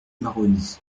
maroni